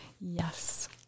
Yes